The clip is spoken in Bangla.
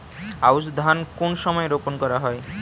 আউশ ধান কোন সময়ে রোপন করা হয়?